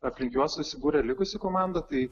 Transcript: aplink juos susibūrė likusi komanda tai